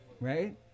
Right